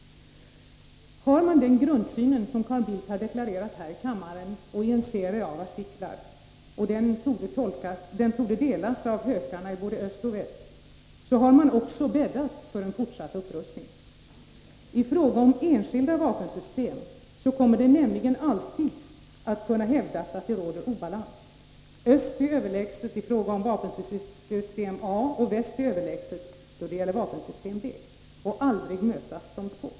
Har man den grundsyn som Carl Bildt deklarerat här i kammaren och i en serie artiklar — och den torde delas av hökarna i både öst och väst — så har man också bäddat för en fortsatt upprustning. I fråga om enskilda vapensystem kommer det nämligen alltid att kunna hävdas att det råder obalans. Öst är överlägset i fråga om vapensystem A, och väst är överlägset då det gäller vapensystem B — och aldrig mötas de två.